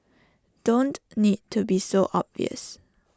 don't need to be so obvious